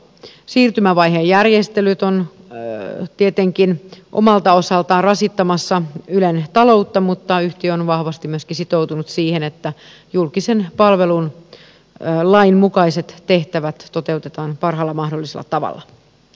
siirtymävaihejärjestelyt ovat tietenkin omalta osaltaan rasittamassa ylen taloutta mutta yhtiö on vahvasti myöskin sitoutunut siihen että julkisen palvelun lainmukaiset tehtävät toteutetaan parhaalla mahdollisella tavalla